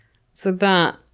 so that,